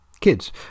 Kids